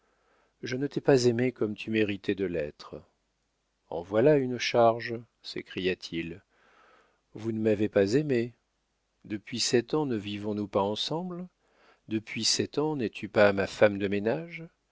je ne t'ai pas aimé comme tu méritais de l'être en voilà une charge s'écria-t-il vous ne m'avez pas aimé depuis sept ans ne vivons nous pas ensemble depuis sept ans n'es-tu pas ma femme de ménage